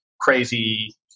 crazy